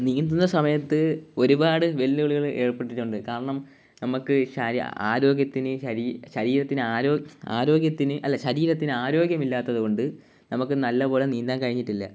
നീന്തുന്ന സമയത്ത് ഒരുപാട് വെല്ലുവിളികൾ ഏർപ്പെട്ടിട്ടുണ്ട് കാരണം നമ്മൾക്ക് ആരോഗ്യത്തിന് ശരീരം ശരീരത്തിന് ആരോഗ്യം ആരോഗ്യത്തിന് അല്ല ശരീരത്തിന് ആരോഗ്യമില്ലാത്തത് കൊണ്ട് നമ്മൾക്ക് നല്ല പോലെ നീന്താൻ കഴിഞ്ഞിട്ടില്ല